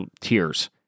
tiers